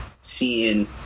seeing